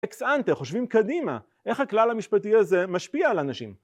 אקס-אנטה, חושבים קדימה, איך הכלל המשפטי הזה משפיע על אנשים.